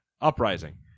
Uprising